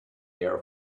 air